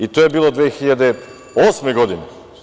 To je bilo 2008. godine.